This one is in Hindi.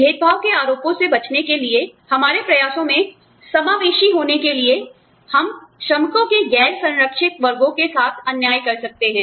भेदभाव के आरोपों से बचने के लिए हमारे प्रयासों में समावेशी होने के लिए हम श्रमिकों के गैर संरक्षित वर्गों के साथ अन्याय कर सकते हैं